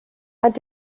hat